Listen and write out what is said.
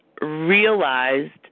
realized